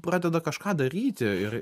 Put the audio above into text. pradeda kažką daryti ir